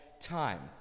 time